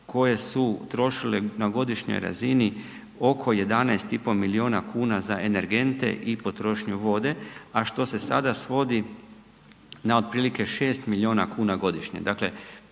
koje su trošile na godišnjoj razini oko 11,5 miliona kuna za energente i potrošnju vode, a što se sada svodi na otprilike 6 milijuna kuna godišnje.